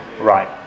Right